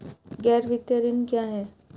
गैर वित्तीय ऋण क्या है?